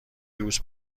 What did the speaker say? دوست